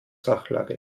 sachlage